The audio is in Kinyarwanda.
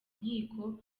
nkiko